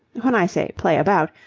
when i say play about,